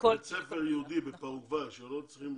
--- אני בעד למשל בית ספר יהודי בפרגוואי שלא מצליחים